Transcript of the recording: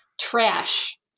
trash